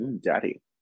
Daddy